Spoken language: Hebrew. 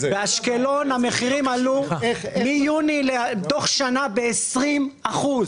--- באשקלון המחירים עלו תוך שנה ב-20 אחוז,